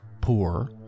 poor